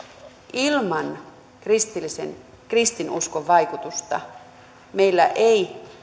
ilman kristinuskon vaikutusta meillä ei